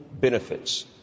benefits